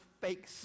fake